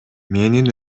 менин